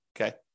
Okay